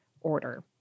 order